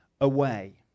away